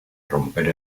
romper